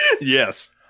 Yes